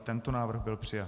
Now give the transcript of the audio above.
I tento návrh byl přijat.